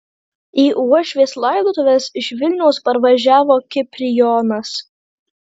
į uošvės laidotuves iš vilniaus parvažiavo kiprijonas